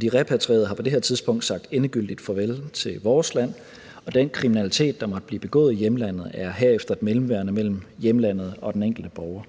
De repatrierede har på det her tidspunkt sagt endegyldigt farvel til vores land, og den kriminalitet, der måtte blive begået i hjemlandet, er herefter et mellemværende mellem hjemlandet og den enkelte borger.